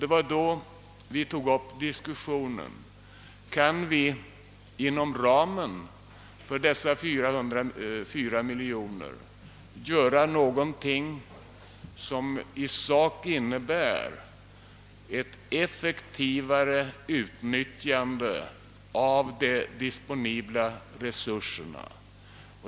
Det var då vi tog upp diskussionen, om vi inom ramen för dessa 404 miljoner kan göra någonting som i sak innebär ett effektivare utnyttjande av de disponibla resurserna.